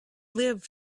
live